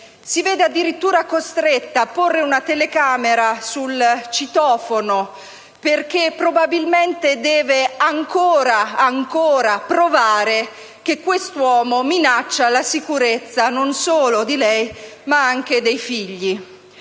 è stata addirittura costretta a porre una telecamera sul citofono, perché probabilmente doveva ancora e ancora provare che quest'uomo minacciava la sicurezza non solo sua, ma anche dei figli.